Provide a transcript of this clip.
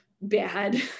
bad